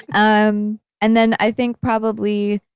um and then i think probably,